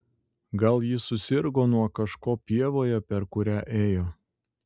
gal ji susirgo nuo kažko pievoje per kurią ėjo